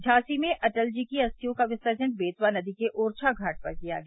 झांसी में अटल जी की अस्थियों का विसर्जन बेतवा नदी के ओरछा घाट पर किया गया